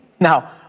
Now